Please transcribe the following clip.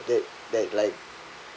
that that like